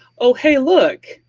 ah hey, look,